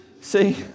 See